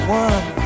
one